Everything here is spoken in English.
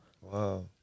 Wow